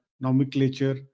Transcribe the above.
nomenclature